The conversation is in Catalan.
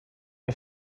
que